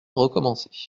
recommencer